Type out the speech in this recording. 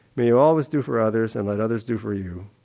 may you always do for others and let others do for you.